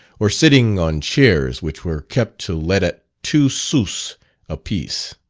or sitting on chairs which were kept to let at two sous a piece.